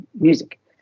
music